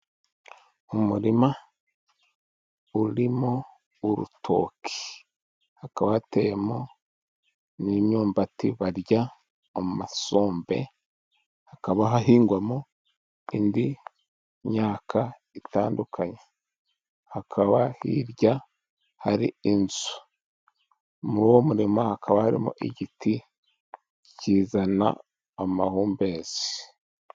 Umurima urimo urutoki, hakaba hateyemo n'imyumbati barya mu masombe, hakaba hahingwamo indi myaka itandukanye. Hakaba hirya hari inzu mu murima hakaba harimo igiti kizana amahumbezi.